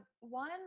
one